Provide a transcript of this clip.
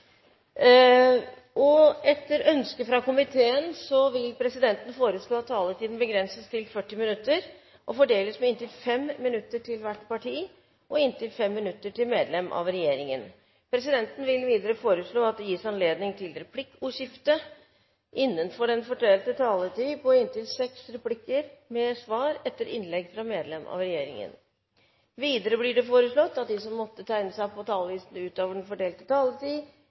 2. Etter ønske fra kirke-, utdannings- og forskningskomiteen vil presidenten foreslå at taletiden begrenses til 40 minutter og fordeles med inntil 5 minutter til hvert parti og inntil 5 minutter til medlem av regjeringen. Videre vil presidenten foreslå at det gis anledning til replikkordskifte på inntil seks replikker med svar etter innlegg fra medlem av regjeringen innenfor den fordelte taletid. Videre blir det foreslått at de som måtte tegne seg på talerlisten utover den fordelte taletid,